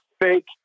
fake